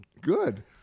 Good